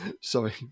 sorry